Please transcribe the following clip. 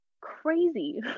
crazy